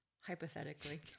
hypothetically